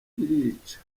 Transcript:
irica